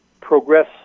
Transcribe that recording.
progress